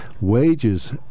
Wages